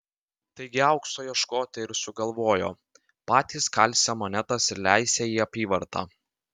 taigi aukso ieškotojai ir sugalvojo patys kalsią monetas ir leisią į apyvartą